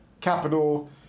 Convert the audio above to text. capital